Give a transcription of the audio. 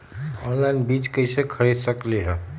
Online बीज कईसे खरीद सकली ह?